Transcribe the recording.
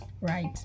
right